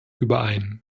überein